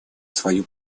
свою